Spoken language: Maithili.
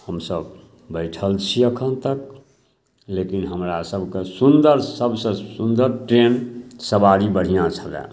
हमसभ बैठल छी एखन तक लेकिन हमरासभके सुन्दर सबसे सुन्दर ट्रेन सवारी बढ़िआँ छलै